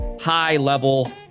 high-level